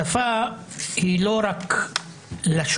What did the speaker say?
שפה היא לא רק לשון,